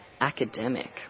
academic